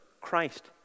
Christ